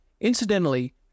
Incidentally